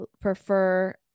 prefer